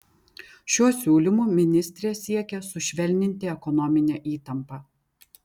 šiuo siūlymu ministrė siekia sušvelninti ekonominę įtampą